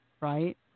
right